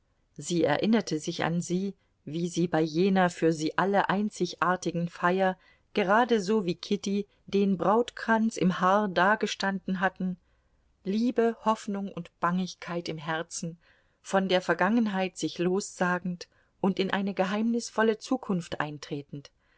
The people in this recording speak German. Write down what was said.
sie erinnerte sich an sie wie sie bei jener für sie alle einzigartigen feier geradeso wie kitty den brautkranz im haar dagestanden hatten liebe hoffnung und bangigkeit im herzen von der vergangenheit sich lossagend und in eine geheimnisvolle zukunft eintretend